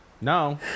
no